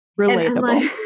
Relatable